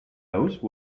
hose